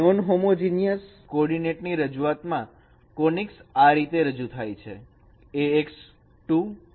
nonhomogeneous coordinate ની રજૂઆતમાં conics આ રીતે રજૂ થાય છે